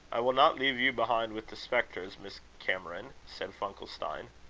i will not leave you behind with the spectres, miss cameron, said funkelstein.